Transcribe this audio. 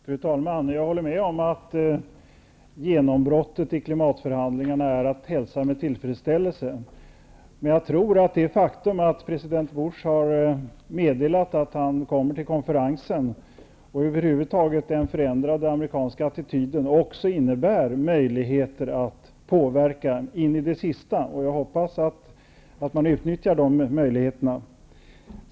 Fru talman! Jag håller med om att genombrottet i klimatförhandlingarna är att hälsa med tillfredsställelse. Jag tror att det faktum att president Bush har meddelat att han kommer till konferensen, och över huvud taget den förändrade amerikanska attityden, också innebär möjligheter att in i det sista påverka förhandlingarna, och jag hoppas att man utnyttjar de möjligheterna.